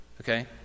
Okay